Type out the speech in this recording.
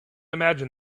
imagine